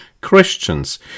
Christians